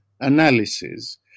analysis